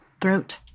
throat